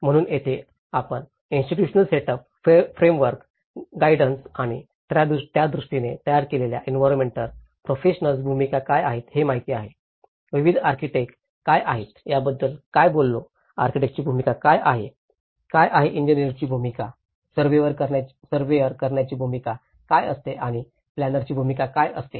म्हणून येथे आपण इन्स्टिट्यूशनल सेटअप फ्रेमवर्क गाईडन्स आणि त्यादृष्टीने तयार केलेल्या एंवीरोन्मेन्ट प्रोफेशनल्स भूमिका काय आहे हे माहित आहे विविध आर्किटेक काय आहेत याबद्दल काय बोललो आर्किटेक्टची भूमिका काय आहे काय आहे इंजिनिरची भूमिका सर्वेअर करणार्याची भूमिका काय असते आणि प्लॅनरची भूमिका काय असते